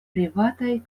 privataj